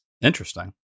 Interesting